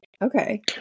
Okay